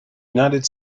united